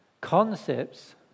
concepts